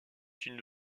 une